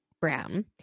Brown